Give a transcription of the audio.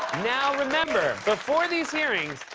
now, remember, before these hearings,